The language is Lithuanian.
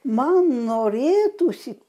man norėtųsi